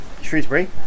shrewsbury